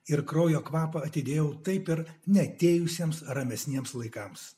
ir kraujo kvapą atidėjau taip ir neatėjusiems ramesniems laikams